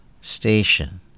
station